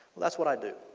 that's what i do.